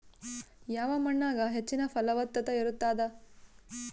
ಯಾವ ಮಣ್ಣಾಗ ಹೆಚ್ಚಿನ ಫಲವತ್ತತ ಇರತ್ತಾದ?